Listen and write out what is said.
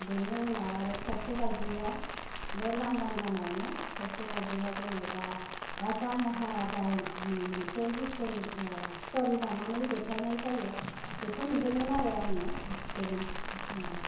बेनि उनाव आरो खायसे बायदिया बे लांदां गानआवनो खायसे बायदिया जेनेबा राजा महाराजानि मोनसे हिस्ट'रि स्ट'रि लानानै देखायनाय जायो बेखौ नुदोंमोन आरो आङो बेनो बेखिनियानो